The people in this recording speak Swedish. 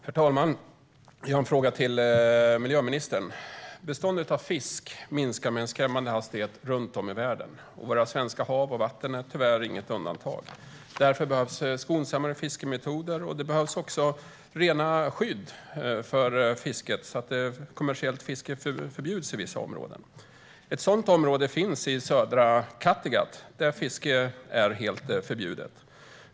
Herr talman! Jag har en fråga till miljöministern. Beståndet av fisk minskar med en skrämmande hastighet runt om i världen. Våra svenska hav och vatten är tyvärr inga undantag. Därför behövs skonsammare fiskemetoder och också rena skydd mot fisket så att kommersiellt fiske förbjuds i vissa områden. Ett sådant område finns i södra Kattegatt, där fiske är helt förbjudet.